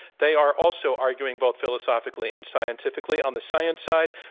they are also arguing both philosophically and scientifically. on the science side,